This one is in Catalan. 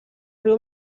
riu